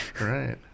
Right